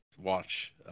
Watch